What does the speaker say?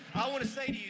i want to say